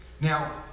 Now